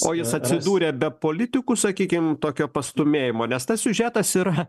o jis atsidūrė be politikų sakykim tokio pastūmėjimo nes tas siužetas yra